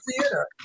Theater